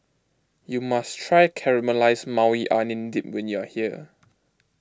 you must try Caramelized Maui Onion Dip when you are here